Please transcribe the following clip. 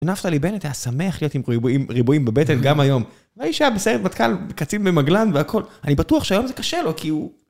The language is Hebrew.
נפתלי בנט היה שמח להיות עם ריבועים- ריבועים בבטן גם היום. האיש היה בסרט מטכ"ל, קצין במגלן והכל. אני בטוח שהיום זה קשה לו, כי הוא...